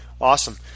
Awesome